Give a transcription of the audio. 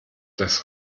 das